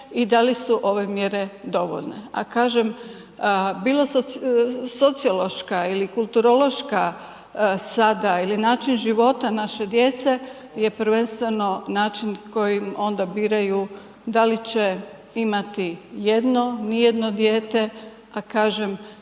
i da li su ove mjere dovoljne. A kažem, bilo sociološka ili kulturološka sada ili način života naše djece je prvenstveno način kojim onda biraju da li će imati jedno, ni jedno dijete, a kažem